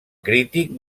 crític